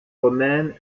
romaine